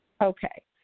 Okay